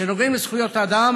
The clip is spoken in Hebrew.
כשנוגעים בזכויות האדם,